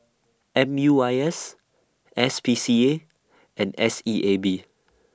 M U I S S P C A and S E A B